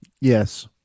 Yes